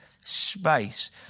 space